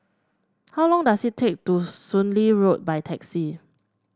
how long does it take to Soon Lee Road by taxi